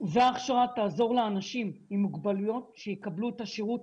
ההכשרה תעזור לאנשים עם מוגבלויות לקבל את שירות